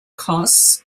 costs